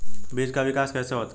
बीज का विकास कैसे होता है?